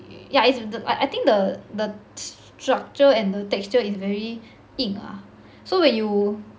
yeah it's with the I I think the the structure and the texture is very 硬 ah so when you